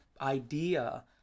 idea